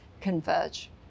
converge